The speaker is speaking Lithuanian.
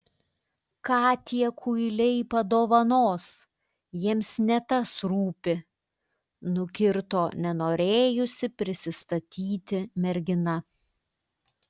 ką tie kuiliai padovanos jiems ne tas rūpi nukirto nenorėjusi prisistatyti mergina